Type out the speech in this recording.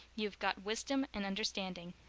you've got wisdom and understanding.